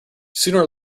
sooner